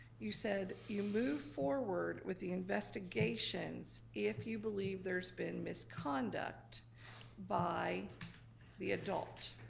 you said, you move forward with the investigations, if you believe there's been misconduct by the adult,